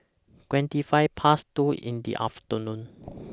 twenty five Past two in The afternoon